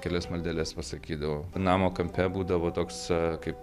kelias maldeles pasakydavo namo kampe būdavo toks kaip